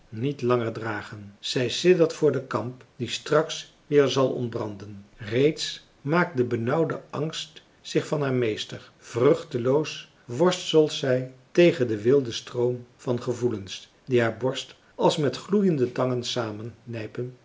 niet langer dragen zij siddert voor den kamp die straks weer zal ontbranden reeds maakt de benauwende angst zich van haar meester vruchteloos worstelt zij tegen den wilden stroom van gevoelens die haar borst als met gloeiende tangen